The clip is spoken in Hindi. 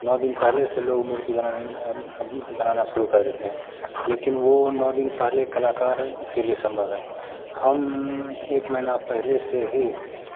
नौ दिन पहले से लोग मूर्ति बनाना शुरू कर देते हैं लेकिन वो नौ दिन पहले कलाकार के लिए संभव है हम एक महीना पहले से ही